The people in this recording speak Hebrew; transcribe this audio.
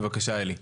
בבקשה אלי,